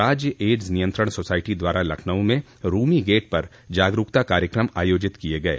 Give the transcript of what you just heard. राज्य एड्स नियंत्रण सोसाइटी द्वारा लखनऊ में रूमी गेट पर जागरूकता कार्यक्रम आयोजित किये गये